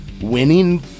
winning